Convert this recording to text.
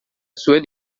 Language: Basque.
zuen